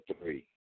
three